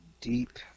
deep